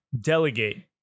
delegate